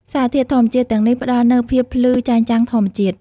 សារធាតុធម្មជាតិទាំងនេះផ្តល់នូវភាពភ្លឺចែងចាំងធម្មជាតិ។